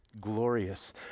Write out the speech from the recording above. glorious